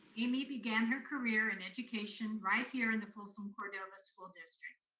amy began her career in education right here in the folsom cordova school district.